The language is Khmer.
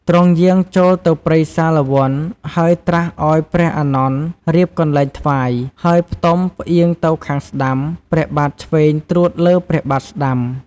ទ្រង់យាងចូលទៅព្រៃសាលវន្ត ហើយត្រាស់ឲ្យព្រះអានន្ទរៀបកន្លែងថ្វាយ ហើយផ្ទុំផ្អៀងទៅខាងស្តាំ ព្រះបាទឆ្វេងត្រួតលើព្រះបាទស្តាំ។